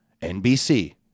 NBC